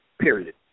period